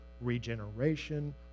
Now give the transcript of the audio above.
regeneration